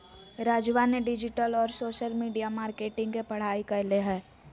राजवा ने डिजिटल और सोशल मीडिया मार्केटिंग के पढ़ाई कईले है